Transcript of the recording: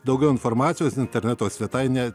daugiau informacijos interneto svetainę